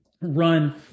run